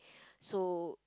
so